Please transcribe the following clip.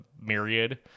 myriad